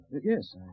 Yes